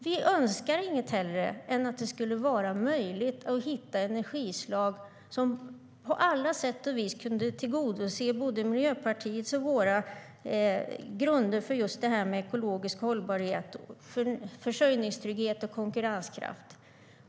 Vi önskar inget hellre än att det skulle vara möjligt att hitta energislag som på alla sätt och vis kan tillgodose både Miljöpartiets och våra grunder vad gäller ekologisk hållbarhet, försörjningstrygghet och konkurrenskraft.